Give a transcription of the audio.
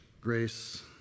grace